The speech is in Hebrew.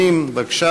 הכנסת.